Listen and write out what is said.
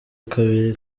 kabiri